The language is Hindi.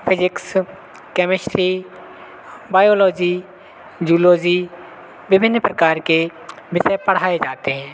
फ़िजिक्स कैमिस्ट्री बायोलॉजी जूलॉज़ी विभिन्न प्रकार के विषय पढ़ाए जाते हैं